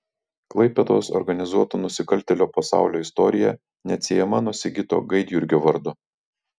klaipėdos organizuotų nusikaltėlių pasaulio istorija neatsiejama nuo sigito gaidjurgio vardo